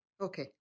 Okay